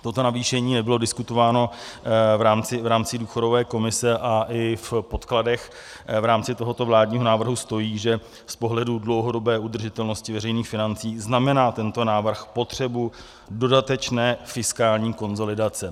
Toto navýšení nebylo diskutováno v rámci důchodové komise a i v podkladech v rámci tohoto vládního návrhu stojí, že z pohledu dlouhodobé udržitelnosti veřejných financí znamená tento návrh potřebu dodatečné fiskální konsolidace.